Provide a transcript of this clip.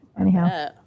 Anyhow